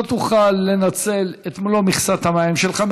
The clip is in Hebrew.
לא תוכל לנצל את מלוא מכסת המים שלך,